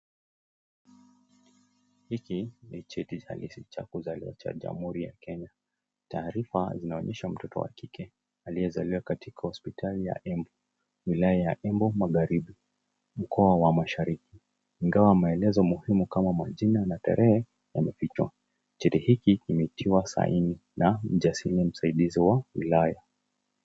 Hiki ni cheti halisi cha kuzaliwa cha jamuhuri ya Kenya. Taarifa zinaonyesha mtoto wa kike aliyezaliwa katika hospitali ya Embu, wilaya ya Embu magharibi, mkoa wa mashariki, ingawa maelezo muhimu kama majina na tarehe yamefichwa. Cheti hiki kimetiwa sahihi na mjasili msaidizi wa wilaya.